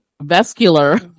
vascular